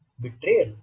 Betrayal